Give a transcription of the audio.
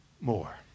more